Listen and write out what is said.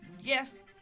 yes